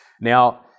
Now